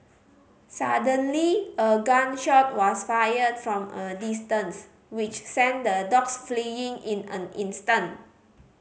suddenly a gun shot was fired from a distance which sent the dogs fleeing in an instant